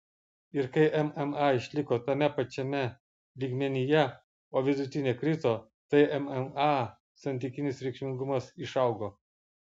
ir kai mma išliko tame pačiame lygmenyje o vidutinė krito tai mma santykinis reikšmingumas išaugo